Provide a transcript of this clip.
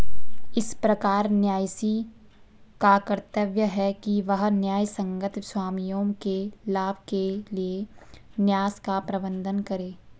इस प्रकार न्यासी का कर्तव्य है कि वह न्यायसंगत स्वामियों के लाभ के लिए न्यास का प्रबंधन करे